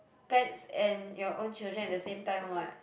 pets and your own children at the same time what